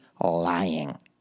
lying